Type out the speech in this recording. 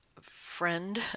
friend